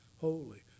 holy